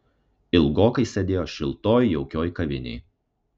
ilgokai sėdėjo šiltoj jaukioj kavinėj